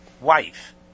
wife